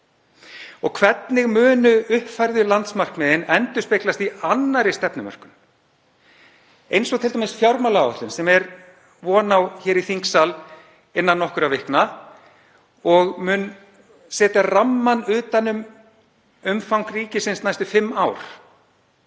Og hvernig munu uppfærðu landsmarkmiðin endurspeglast í annarri stefnumörkun eins og t.d. í fjármálaáætlun, sem von er á í þingsal innan nokkurra vikna, og mun setja rammann utan um umfang ríkisins næstu fimm ár?